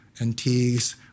antiques